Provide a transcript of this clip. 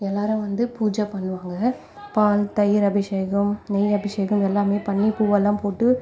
எல்லோரும் வந்து பூஜை பண்ணுவாங்க பால் தயிர் அபிஷேகம் நெய் அபிஷேகம் எல்லாமே பண்ணி பூவெல்லாம் போட்டு